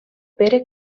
pere